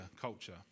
culture